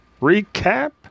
recap